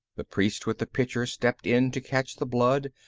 the priest with the pitcher stepped in to catch the blood,